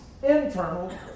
internal